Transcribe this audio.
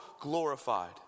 glorified